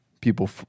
People